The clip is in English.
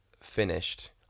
finished